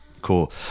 cool